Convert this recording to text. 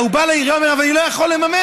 הוא בא לעירייה ואומר: אני לא יכול לממש.